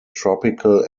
tropical